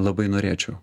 labai norėčiau